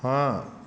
ਹਾਂ